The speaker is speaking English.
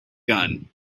gun